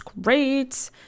great